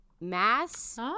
Mass